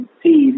see